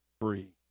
free